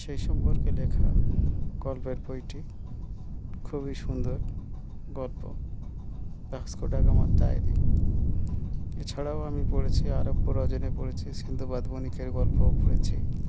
সেই সম্পর্কে লেখা গল্পের বইটি খুবই সুন্দর গল্প ভাস্কো দা গামার ডায়েরি এছাড়াও আমি পড়েছি আরব্য রজনী পড়েছি সিন্দবাদ বণিকের গল্পও পড়েছি